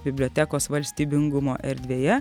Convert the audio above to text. bibliotekos valstybingumo erdvėje